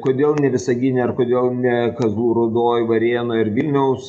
kodėl ne visagine ar kodėl ne kazlų rūdoj varėnoj ir vilniaus